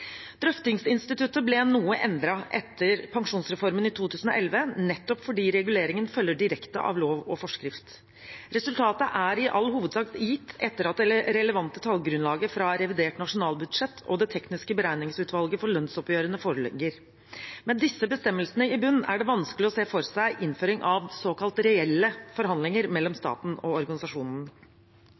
Drøftingsinstituttet ble noe endret etter pensjonsreformen i 2011, nettopp fordi reguleringen følger direkte av lov og forskrift. Resultatet er i all hovedsak gitt etter at det relevante tallgrunnlaget fra revidert nasjonalbudsjett og det tekniske beregningsutvalget for lønnsoppgjørene foreligger. Med disse bestemmelsene i bunn er det vanskelig å se for seg innføring av såkalt reelle forhandlinger mellom staten og organisasjonene.